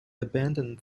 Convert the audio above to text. abandoned